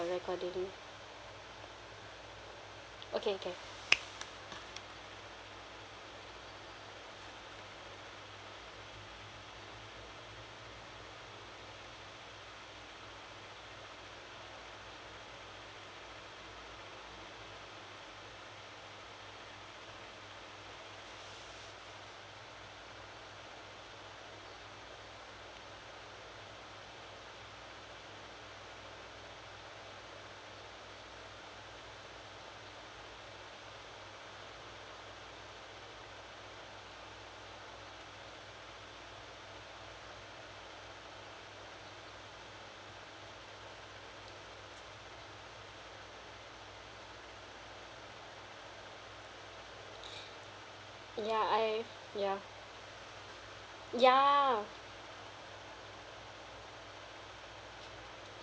recording okay can ya I ya ya